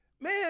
man